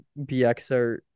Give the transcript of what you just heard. BXR